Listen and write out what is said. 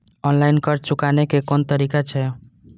Online कर्ज चुकाने के कोन तरीका छै?